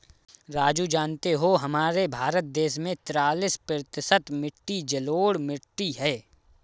राजू जानते हो हमारे भारत देश में तिरालिस प्रतिशत मिट्टी जलोढ़ मिट्टी हैं